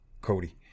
Cody